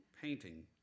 painting